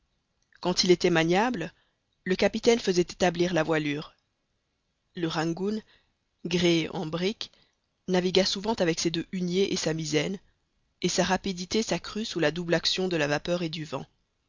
quand il était maniable le capitaine faisait établir la voilure le rangoon gréé en brick navigua souvent avec ses deux huniers et sa misaine et sa rapidité s'accrut sous la double action de la vapeur et du vent